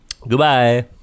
Goodbye